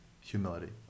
humility